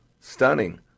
Stunning